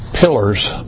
pillars